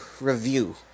review